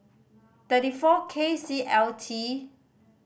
thirty four K C L T